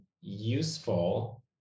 useful